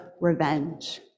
revenge